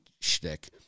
shtick